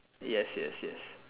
yes yes yes